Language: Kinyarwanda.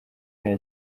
n’iya